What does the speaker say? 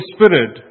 Spirit